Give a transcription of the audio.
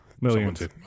millions